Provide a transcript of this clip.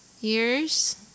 Years